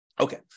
Okay